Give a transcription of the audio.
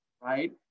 right